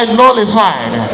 nullified